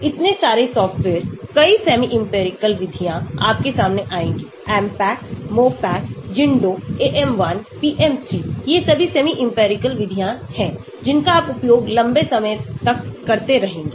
इतने सारे सॉफ्टवेयर कई सेमीइंपिरिकल विधियां आपके सामने आएंगी AMPAC MOPAC ZINDO AM1 PM 3 ये सभी सेमीइंपिरिकल विधियाँ हैं जिनका आप उपयोग लंबे समय तक करते रहेंगे